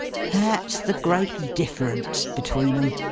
that's the great difference between em.